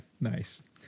Nice